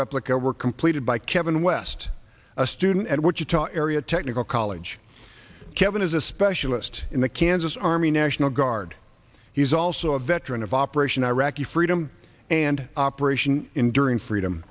replica were completed by kevin west a student at wichita area technical college kevin is a specialist in the kansas army national guard he's also a veteran of operation iraqi freedom and operation enduring freedom